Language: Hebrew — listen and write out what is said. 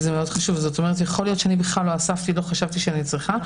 יכול להיות שאני בכלל לא אספתי ולא חשבתי שאני צריכה,